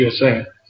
USA